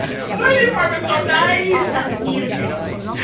why are the apartments so nice? a few things